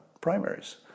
primaries